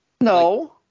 No